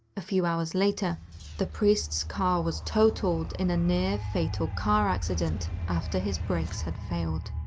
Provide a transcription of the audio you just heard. a few hours later the priest's car was totaled in a near fatal car accident after his brakes had failed.